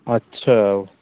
अच्छा